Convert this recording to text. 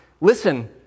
Listen